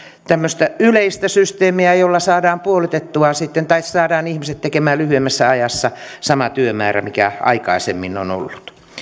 tämmöistä yleistä systeemiä jolla saadaan sitten ihmiset tekemään lyhyemmässä ajassa sama työmäärä mikä aikaisemmin on ollut